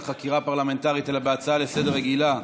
חקירה פרלמנטרית אלא בהצעה לסדר-היום רגילה,